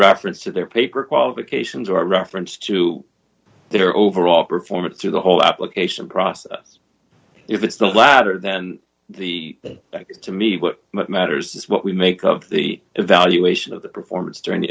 reference to their paper qualifications or a reference to their overall performance through the whole application process if it's the latter then the to me what matters is what we make of the evaluation of the performance during the